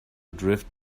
drift